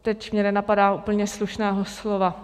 Teď mě nenapadá úplně slušného slova.